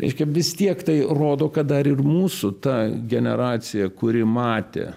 reiškia vis tiek tai rodo kad dar ir mūsų ta generacija kuri matė